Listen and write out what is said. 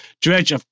Dredge